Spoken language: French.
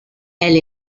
elle